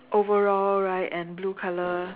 overall right and blue color